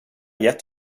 gett